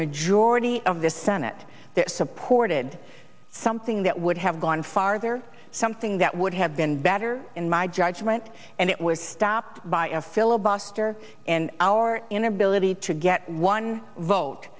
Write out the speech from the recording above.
majority of the senate that supported something that would have gone farther something that would have been better in my judgment and it was stopped by a filibuster and our inability to get one vote